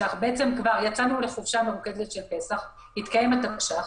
יצאנו לחופשה מרוכזת של פסח, התקיים התקש"ח,